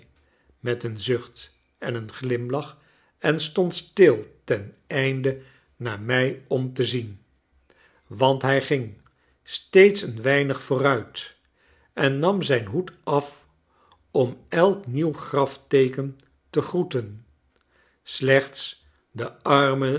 met een zucht en een glimlach en stond stil ten einde naar mij om te zien want hij ging steeds een weinig vooruit en nam zijn hoed af om elk nieuw grafteeken te groeten slechts de armen